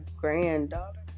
granddaughter